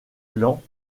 glands